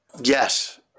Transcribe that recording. Yes